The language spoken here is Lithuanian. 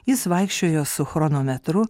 jis vaikščiojo su chronometru